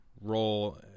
role